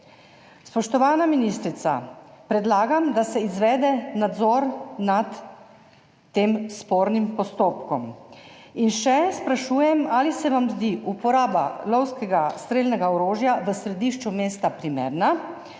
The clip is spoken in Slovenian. Spoštovana ministrica! Predlagam, da se izvede nadzor nad tem spornim postopkom. In še sprašujem: Ali se vam zdi uporaba lovskega strelnega orožja v središču mesta primerna?